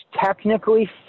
technically